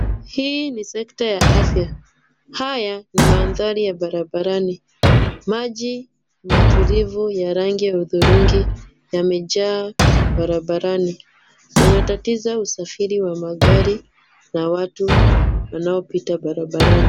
Hii ni sekta ya afya. Haya ni mandhari ya barabarani. Maji matulivu ya rangi ya hudhurungi yamejaa barabarani. Yanatatiza usafiri wa magari na watu wanaopita barabarani.